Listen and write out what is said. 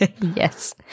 Yes